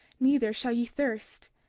neither shall ye thirst.